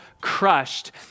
crushed